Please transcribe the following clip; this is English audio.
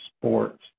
sports